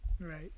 Right